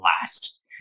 last